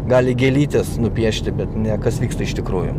gali gėlytes nupiešti bet ne kas vyksta iš tikrųjų